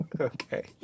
Okay